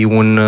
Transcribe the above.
un